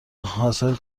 حاصل